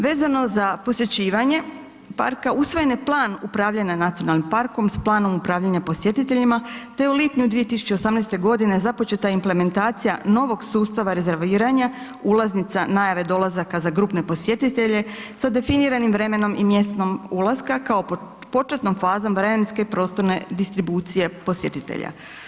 Vezano za posjećivanje parka, usvojen je plan upravljanja nacionalnom parkom s planom upravljanja posjetiteljima te u lipnju 2018. g. započeta je implementacija novog sustav rezerviranja ulaznica najave dolazaka za grupne posjetitelje sa definiranim vremenom i mjestom ulaska kao početnom fazom vremenske i prostorne distribucije posjetitelja.